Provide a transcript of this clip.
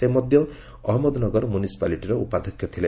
ସେ ମଧ୍ୟ ଅହମ୍ମଦନଗର ମ୍ୟୁନିସିପାଲିଟିର ଉପାଧ୍ୟକ୍ଷ ଥିଲେ